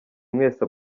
mwese